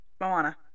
moana